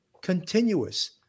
continuous